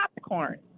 popcorn